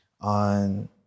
on